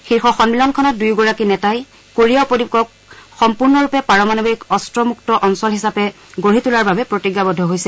শীৰ্ষ সম্মিলনখনত দুয়োগৰাকী নেতাই কোৰিয়া উপদ্বীপক সম্পূৰ্ণৰূপে পাৰমাণবিক শক্তি পৰীক্ষা মুক্ত অঞ্চলহিচাপে গঢ়ি তোলাৰ বাবে প্ৰতিজ্ঞাবদ্ধ হৈছে